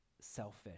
selfish